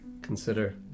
consider